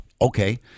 Okay